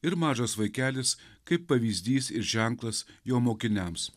ir mažas vaikelis kaip pavyzdys ir ženklas jo mokiniams